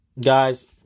guys